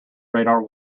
radar